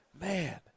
man